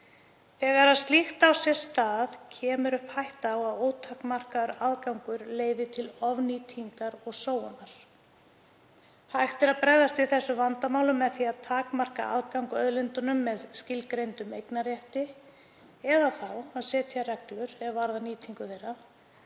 Þegar slíkt á sér stað kemur upp hætta á að ótakmarkaður aðgangur leiði til ofnýtingar og sóunar. Hægt er að bregðast við þessum vandamálum með því að takmarka aðgang að auðlindunum með skilgreindum eignarrétti eða þá að setja reglur er varða nýtingu þeirra.